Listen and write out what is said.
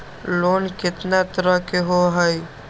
Loan केतना तरह के होअ हई?